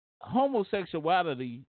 Homosexuality